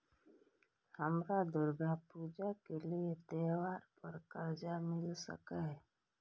हमरा दुर्गा पूजा के लिए त्योहार पर कर्जा मिल सकय?